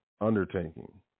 undertaking